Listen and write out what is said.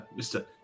Mr